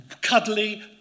cuddly